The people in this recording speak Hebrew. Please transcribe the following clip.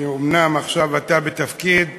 אומנם עכשיו אתה בתפקיד אחר,